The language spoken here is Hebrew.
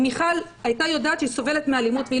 אם מיכל הייתה יודעת שהיא סובלת מאלימות והיא